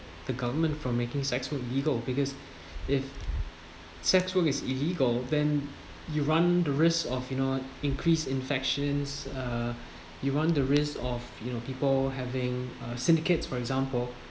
the government from making sex work legal because if sex work is illegal then you run the risk of you know increase infections uh you run the risk of you know people having uh syndicates for example